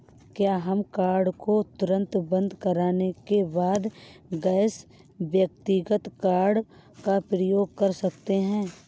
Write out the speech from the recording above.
क्या हम कार्ड को तुरंत बंद करने के बाद गैर व्यक्तिगत कार्ड का उपयोग कर सकते हैं?